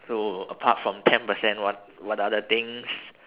so apart from ten percent what what other things